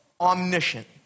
Omniscient